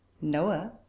Noah